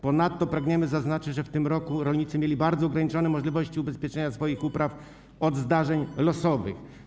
Ponadto pragniemy zaznaczyć, że w tym roku rolnicy mieli bardzo ograniczone możliwości ubezpieczenia swoich upraw od zdarzeń losowych.